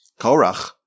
Korach